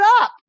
up